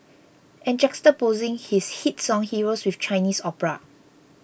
and juxtaposing his hit song Heroes with Chinese opera